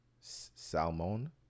Salmon